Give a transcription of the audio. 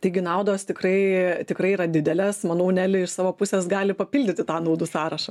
taigi naudos tikrai tikrai yra didelės manau neli iš savo pusės gali papildyti tą naudų sąrašą